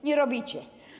Nie robicie.